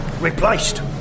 Replaced